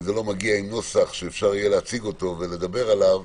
זה לא מגיע עם נוסח שאפשר יהיה להציג אותו ולדבר עליו,